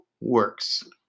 works